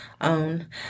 own